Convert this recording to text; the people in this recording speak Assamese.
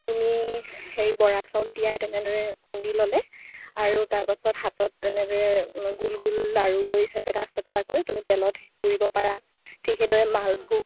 তুমি সেই বৰা চাউল তিয়াই তেনেদৰে খুন্দি ল'লে আৰু তাৰপাছত হাতত তেনেদৰে গোল গোল লাৰু কৰি চেপেটা চেপেটা কৰি তুমি তেলত পুৰিব পাৰা ঠিক সেইদৰে মালভোগ